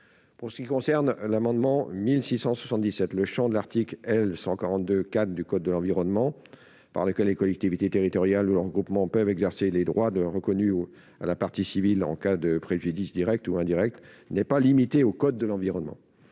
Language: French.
Pour ce qui concerne l'amendement n° 1677 rectifié , le champ de l'article L. 142-4 du code de l'environnement, qui précise que les collectivités territoriales ou leurs groupements peuvent exercer les droits reconnus à la partie civile en cas de préjudice direct ou indirect, n'est pas limité audit code. Il n'y a donc